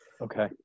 okay